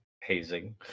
Hazing